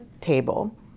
table